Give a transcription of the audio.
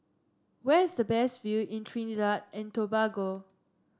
where is the best view in Trinidad and Tobago